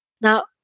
Now